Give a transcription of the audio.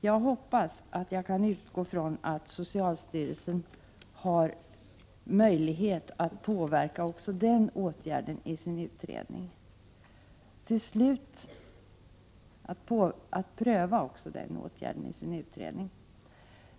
Jag hoppas att jag kan utgå från att socialstyrelsen har möjlighet att pröva också den åtgärden i sin utredning.